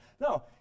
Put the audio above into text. No